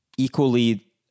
equally